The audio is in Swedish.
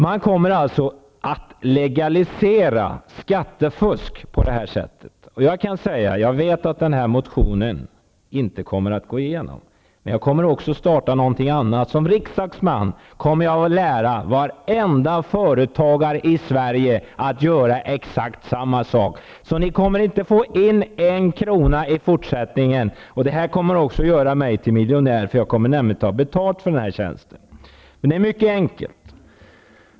Man kommer alltså att legalisera skattefusk på det här sättet. Jag vet att den här motionen inte kommer att gå igenom. Men jag kommer att starta något annat. Som riksdagsman kommer jag att lära varenda företagare i Sverige att göra exakt samma sak. Ni kommer inte att få in en krona i fortsättningen. Det här kommer också att göra mig till miljonär. Jag kommer nämligen att ta betalt för den här tjänsten. Det är mycket enkelt.